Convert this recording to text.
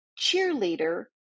cheerleader